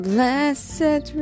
Blessed